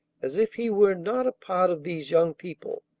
as if he were not a part of these young people,